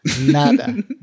nada